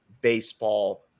baseball